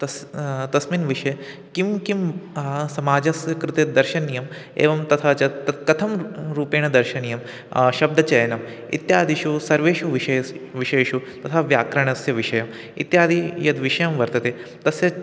तस् तस्मिन् विषये किं किं समाजस्य कृते दर्शनीयम् एवं तथा च तत् कथं रूपेण दर्शनीयं शब्दचयनम् इत्यादिषु सर्वेषु विषयस्य विषयेषु तथा व्याकरणस्य विषयम् इत्यादि यद्विषयं वर्तते तस्य